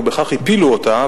ובכך הפילו אותה,